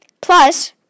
plus